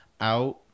out